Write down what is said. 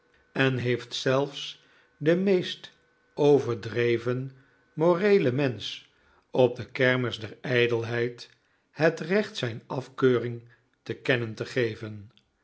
en heeft zelfs de meest overdreven moreele mensch op de kermis der ijdelheid het recht zijn afkeuring te kennen te geven